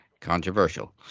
Controversial